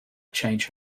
change